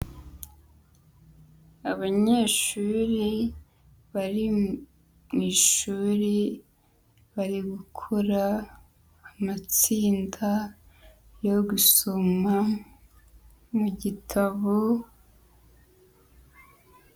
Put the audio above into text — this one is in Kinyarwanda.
Abanyeshuri bari mw'ishuri bari gukora amatsinda yo gusoma mu gitabo,